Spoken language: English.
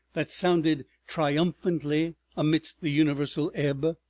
that sounded triumphantly amidst the universal ebb.